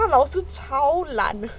那个老师超 like